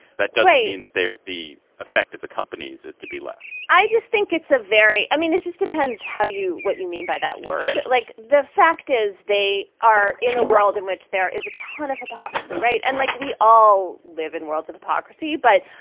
that doesn't mean that they are the affect of the companies is to be left i just think it's a very i mean, it just depends how you what you mean by that word like, the fact is they are in a world in which there is a ton of hypocrisy. right. and like we all live in worlds of hypocrisy. but,